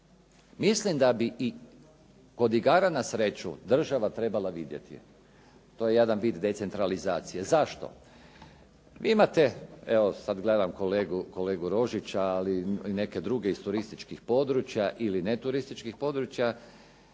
Mislim da bi i kod igara na sreću država trebala vidjeti, to je jedan vid decentralizacije. Zašto? Imate evo sada gledam kolegu Rožića, ali i neke druge iz turističkih područja ili ne turističkih područja.